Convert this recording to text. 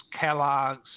Kellogg's